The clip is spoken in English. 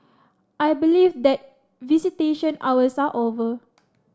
I believe that visitation hours are over